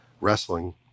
wrestling